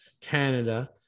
Canada